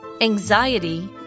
anxiety